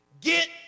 Get